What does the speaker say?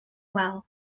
well